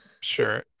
Sure